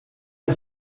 las